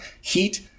heat